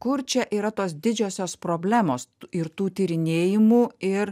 kur čia yra tos didžiosios problemos ir tų tyrinėjimų ir